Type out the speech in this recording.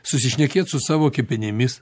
susišnekėt su savo kepenimis